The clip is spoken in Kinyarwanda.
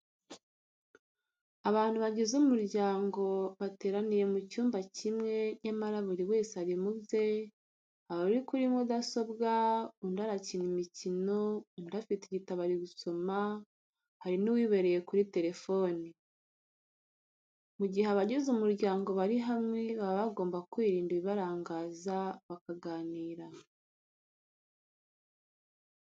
Abantu bagize umuryango bateraniye mu cyumba kimwe nyamara buri wese ari mu bye, hari uri kuri mudasobwa, undi arakina imikino, undi afite igitabo ari gusoma, hari n'uwibereye kuri telefoni. Mu gihe abagize umuryango bari hamwe baba bagomba kwirinda ibibarangaza bakaganira.